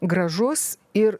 gražus ir